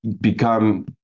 become